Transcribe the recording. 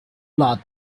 blood